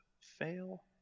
fail